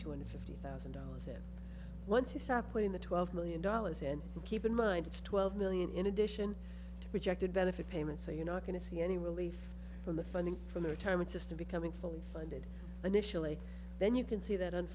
two hundred fifty thousand dollars in once you start putting the twelve million dollars and keep in mind it's twelve million in addition to projected benefit payments so you're not going to see any relief from the funding from the retirement system becoming fully funded additionally then you can see that